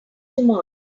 tomorrow